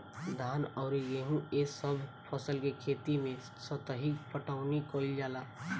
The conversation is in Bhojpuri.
धान अउर गेंहू ए सभ फसल के खेती मे सतही पटवनी कइल जाला